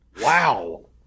Wow